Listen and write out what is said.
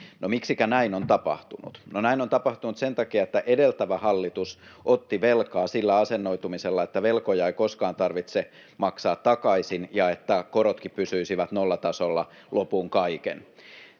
Miksi näin on tapahtunut? Näin on tapahtunut sen takia, että edeltävä hallitus otti velkaa sillä asennoitumisella, että velkoja ei koskaan tarvitse maksaa takaisin ja että korotkin pysyisivät nollatasolla lopun kaiken.